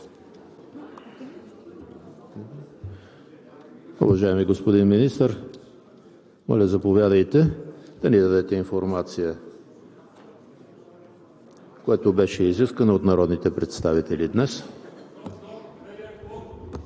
Уважаеми господин Министър, моля, заповядайте да ни дадете информацията, която беше изискана от народните представители днес.